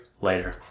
later